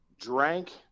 drank